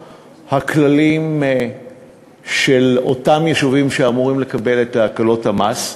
הכללים של אותם יישובים שאמורים לקבל את הקלות המס.